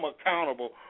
accountable